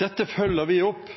Dette følger vi opp –